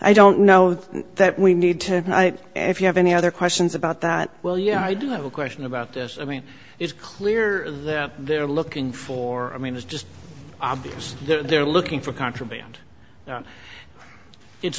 i don't know that we need to if you have any other questions about that well yeah i do have a question about this i mean it's clear they're looking for i mean it's just obvious they're looking for contraband it's